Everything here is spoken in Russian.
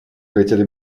хотели